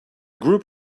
group